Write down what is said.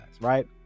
right